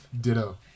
Ditto